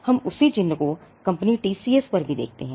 हम उसी चिह्न को कंपनी TCS पर भी देखते हैं